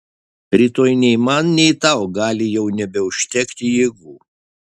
rytoj nei man nei tau gali jau nebeužtekti jėgų